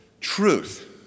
truth